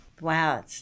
Wow